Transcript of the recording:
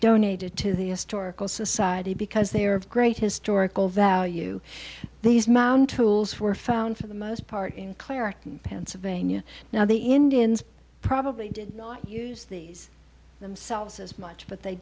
donated to the historical society because they are of great historical value these mountains were found for the most part in clay or pennsylvania now the indians probably did use these themselves as much but they